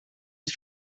het